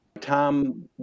Tom